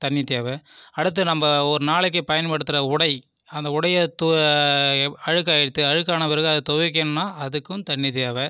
தண்ணி தேவை அடுத்து நம்ம ஒரு நாளைக்கு பயன்படுத்துகிற உடை அந்த உடை அழுக்காயிடுத்து அழுக்கான பிறகு அதை துவைக்கணும்ன்னா அதுக்கும் தண்ணி தேவை